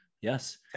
yes